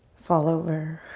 fall over.